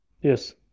Yes